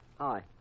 hi